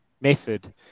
method